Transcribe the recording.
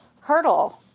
hurdle